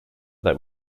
that